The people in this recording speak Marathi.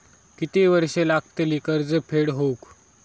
किती वर्षे लागतली कर्ज फेड होऊक?